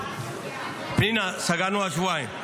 פנינה, סגרנו על שבועיים.